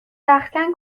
رختکن